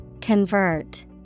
Convert